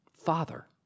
Father